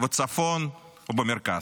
בצפון ובמרכז.